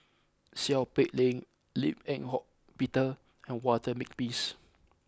Seow Peck Leng Lim Eng Hock Peter and Walter Makepeace